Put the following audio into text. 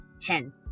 Ten